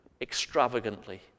extravagantly